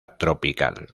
tropical